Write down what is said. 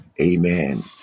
amen